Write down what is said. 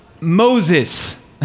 Moses